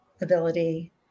ability